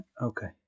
okay